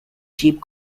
cheap